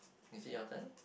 is it your turn